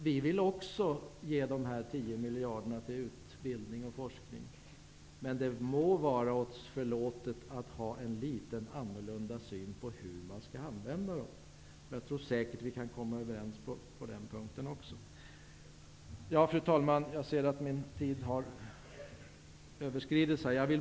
Vi vill också ge de 10 miljarder kronorna till utbildning och forskning, men det må vara oss förlåtet att ha en något annorlunda syn på hur man skall använda dem. Jag tror säkert att vi kan komma överens på den punkten också. Fru talman! Jag ser att jag har överskridit min taletid.